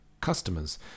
customers